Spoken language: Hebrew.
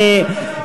אני,